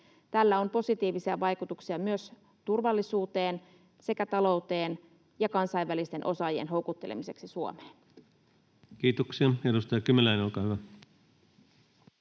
Tällä on positiivisia vaikutuksia myös turvallisuuteen sekä talouteen ja kansainvälisten osaajien houkuttelemiseksi Suomeen. Kiitoksia. — Edustaja Kymäläinen, olkaa hyvä.